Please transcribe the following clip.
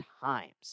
times